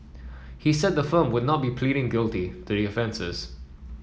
he said the firm would not be pleading guilty to